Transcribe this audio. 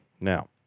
Now